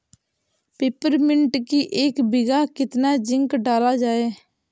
Peppermint की एक बीघा कितना जिंक डाला जाए?